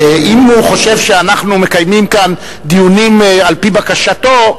אם הוא חושב שאנחנו מקיימים כאן דיונים על-פי בקשתו,